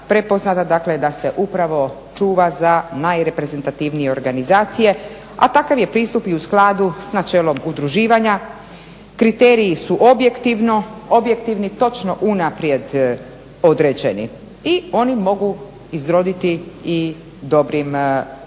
dakle da se upravo čuva za najreprezentativnije organizacije a takav je pristup i u skladu sa načelom udruživanja. Kriteriji su objektivni, točno unaprijed određeni. I oni mogu izroditi i dobrim